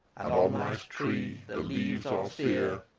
and on life's tree the leaves are sere,